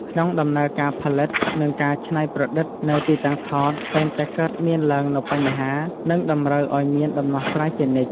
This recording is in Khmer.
ក្នុងដំណើរការផលិត និងការច្នៃប្រឌិតនៅទីតាំងថត តែងតែកើតមានឡើងនូវបញ្ហា និងតម្រូវឲ្យមានដំណោះស្រាយជានិច្ច។